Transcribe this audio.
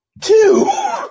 two